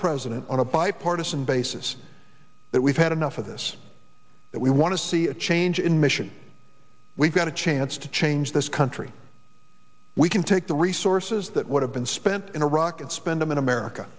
prez on a bipartisan basis that we've had enough of this that we want to see a change in mission we've got a chance to change this country we can take the resources that would have been spent in iraq and spend them in america